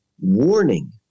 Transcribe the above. warning